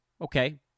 Okay